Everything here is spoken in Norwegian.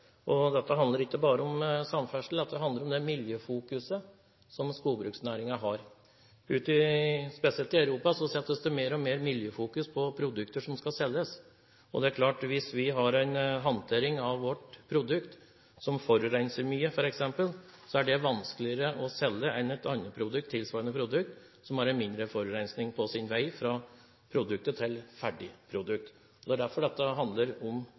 Dette handler ikke bare om samferdsel, dette handler også om det miljøfokuset som skogbruksnæringen har. Spesielt ute i Europa er det mer og mer miljøfokus på produkter som skal selges. Det er klart at hvis vi har en håndtering av vårt produkt som f.eks. forurenser mye, er det vanskeligere å selge enn et tilsvarende produkt som forurenser mindre på sin vei til ferdig produkt. Dette handler om skognæringen, og om hvordan man behandler produktet fra skogen til dit det